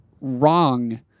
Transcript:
wrong